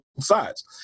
sides